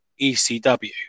ECW